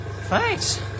Thanks